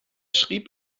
schrieb